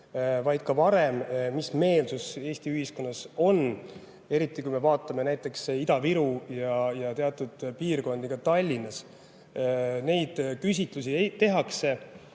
vaid ka varem –, mis meelsus Eesti ühiskonnas on, eriti kui me vaatame näiteks Ida-Virumaad ja ka teatud piirkondi Tallinnas. Sellekohaseid küsitlusi tehakse.